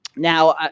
now,